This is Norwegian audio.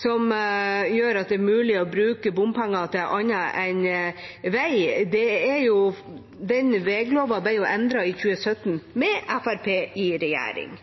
som gjør at det er mulig å bruke bompenger til annet enn vei. Veglova ble endret i 2017, med Fremskrittspartiet i regjering.